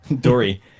Dory